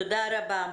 תודה רבה.